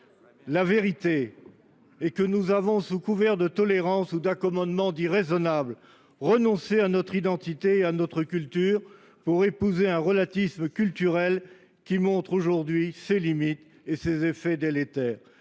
La vérité est que nous avons, sous couvert de tolérance ou d’accommodements dits « raisonnables », renoncé à notre identité et à notre culture pour épouser un relativisme culturel qui montre aujourd’hui ses limites et ses effets délétères.